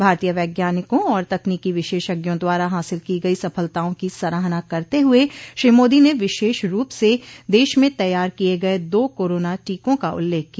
भारतीय वैज्ञानिकों और तकनोकी विशेषज्ञों द्वारा हासिल की गई सफलताओं की सराहना करते हुए श्री मोदी ने विशेष रूप से देश में तैयार किये गये दो कोरोना टीकों का उल्लेख किया